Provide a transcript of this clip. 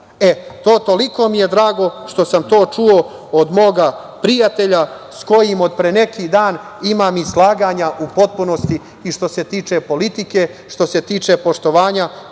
Sarajevo. Toliko mi je drago što sam to čuo od mog prijatelja sa kojim pre neki dan imam i slaganja u potpunosti i što se tiče politike, što se tiče poštovanja